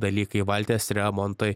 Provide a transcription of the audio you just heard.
dalykai valties remontai